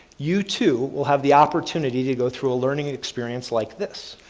you too will have the opportunity to go through a learning and experience like this.